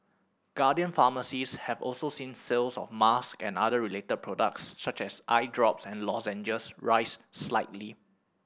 Guardian Pharmacies have also seen sales of masks and other related products such as eye drops and lozenges rise slightly